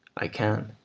i can,